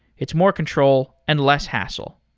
it's more control and less hassle.